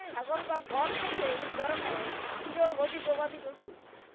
ছাগল বা গট হছে ইক রকমের তিরলভোজী গবাদি পশু